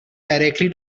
directly